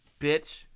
Bitch